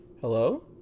Hello